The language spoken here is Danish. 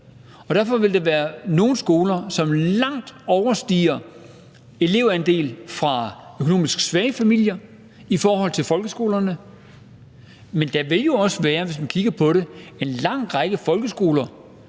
derfor vil der være nogle skoler, som langt overstiger elevandelen fra økonomisk svage familier i forhold til folkeskolerne. Men der vil jo også være, hvis man kigger på det, en lang række folkeskoler,